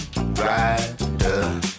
rider